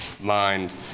mind